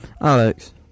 Alex